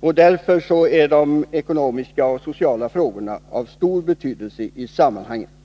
Och därför har de ekonomiska och sociala frågorna stor betydelse i sammanhanget.